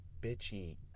bitchy